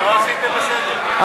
טוב,